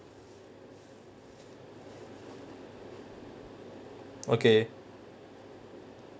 okay